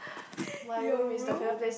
your room